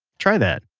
try that